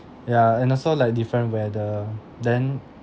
ya and also like different weather then